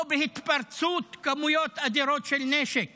או בהתפרצות כמויות אדירות של נשק